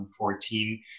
2014